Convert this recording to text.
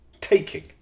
taking